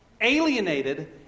alienated